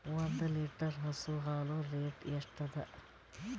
ಒಂದ್ ಲೀಟರ್ ಹಸು ಹಾಲ್ ರೇಟ್ ಎಷ್ಟ ಅದ?